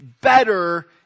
better